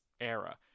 era